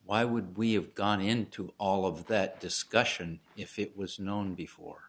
why would we have gone into all of that discussion if it was known before